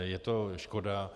Je to škoda.